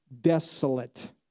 desolate